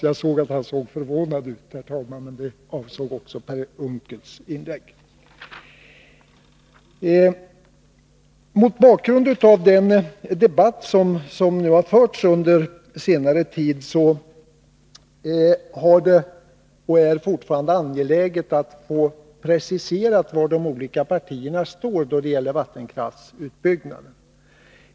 Jag såg att han såg förvånad ut. Herr talman! Det jag sade avsåg alltså Per Unckels inlägg. Mot bakgrund av den debatt som förts under senare tid är det angeläget att precisera var de olika partierna står då det gäller vattenkraftsutbyggnaden.